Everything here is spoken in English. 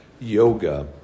yoga